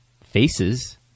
faces